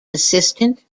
assistant